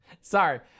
Sorry